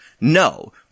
No